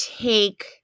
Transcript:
take